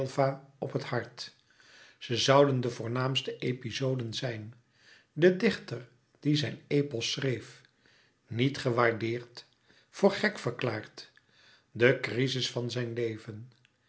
op het hart ze zouden de voornaamste epizoden zijn de dichter die zijn epos schreef niet gewaardeerd voor gek verklaard de crizis van zijn leven